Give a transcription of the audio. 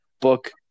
book